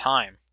Time